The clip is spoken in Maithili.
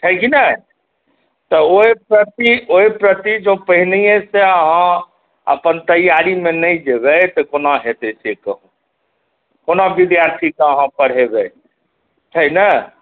छै कि नहि तऽ ओहि प्रति ओहि प्रति जँ पहिनहियेसे अहाँ अपन तैयारीमे नहि जेबै से कोना हेतै से कहु कोना विद्यार्थीके अहाँ पढ़ेबै छै ने